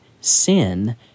sin